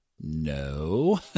No